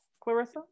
Clarissa